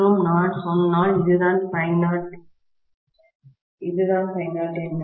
மற்றும் நான் சொன்னால் இதுதான் ∅0 என்ன